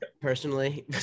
personally